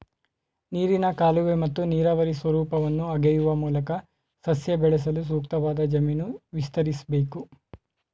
ನೀರಿನ ಕಾಲುವೆ ಮತ್ತು ನೀರಾವರಿ ಸ್ವರೂಪವನ್ನು ಅಗೆಯುವ ಮೂಲಕ ಸಸ್ಯ ಬೆಳೆಸಲು ಸೂಕ್ತವಾದ ಜಮೀನು ವಿಸ್ತರಿಸ್ಬೇಕು